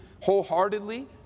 wholeheartedly